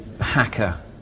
hacker